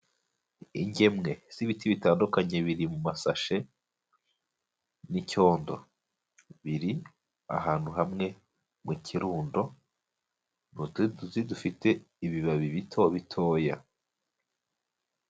Ingemwe z'ibiti bitandukanye biri mu masashe n'icyondo, biri ahantu hamwe mu kirundo ni utundi tuzi dufite ibibabi bito bitoya.